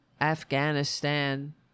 Afghanistan